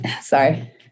Sorry